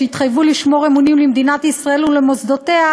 שהתחייבו לשמור אמונים למדינת ישראל ולמוסדותיה